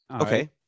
Okay